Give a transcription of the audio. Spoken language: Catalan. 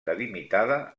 delimitada